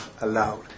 allowed